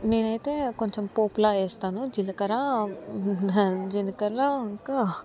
నేనయితే కొంచెం పోప్లా వేస్తాను జీలకర్రా దన్ జీలకర్రా ఇంకా